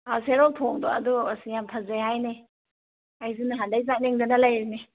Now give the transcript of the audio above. ꯑꯥ ꯁꯦꯔꯧ ꯊꯣꯡꯗꯣ ꯑꯗꯨ ꯑꯁ ꯌꯥꯝ ꯐꯖꯩ ꯍꯥꯏꯅꯩ ꯑꯩꯁꯨ ꯅꯍꯥꯟꯗꯒꯤ ꯆꯠꯅꯤꯡꯗꯅ ꯂꯩꯔꯤꯅꯤ